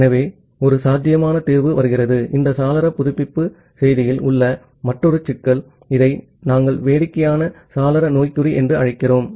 ஆகவே ஒரு சாத்தியமான தீர்வு வருகிறது இந்த சாளர புதுப்பிப்பு செய்தியில் உள்ள மற்றொரு சிக்கல் இதை நாம் வேடிக்கையான சாளர சின்ரோம் என்று அழைக்கிறோம்